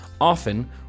Often